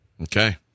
Okay